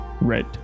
Red